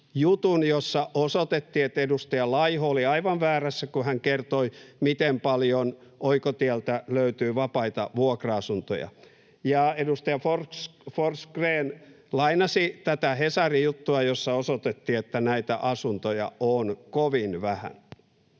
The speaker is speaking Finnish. jossa osoitettiin, että edustaja Laiho oli aivan väärässä, kun hän kertoi, miten paljon Oikotieltä löytyy vapaita vuokra-asuntoja. Edustaja Forsgrén lainasi Hesarin juttua, jossa osoitettiin, että näitä asuntoja on kovin vähän.